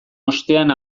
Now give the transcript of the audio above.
ostean